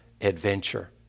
adventure